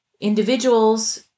individuals